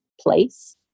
place